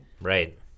Right